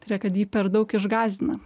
tai yra kad jį per daug išgąsdina